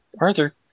Arthur